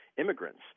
immigrants